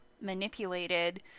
manipulated